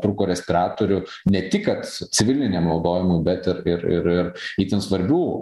trūko respiratorių ne tik kad civiliniam naudojimui bet ir ir ir ir itin svarbių